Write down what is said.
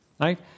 Right